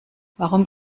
warum